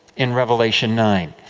in revelation nine.